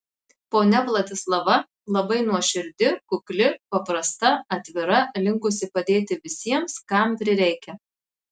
ponia vladislava labai nuoširdi kukli paprasta atvira linkusi padėti visiems kam prireikia